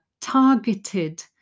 targeted